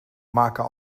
maken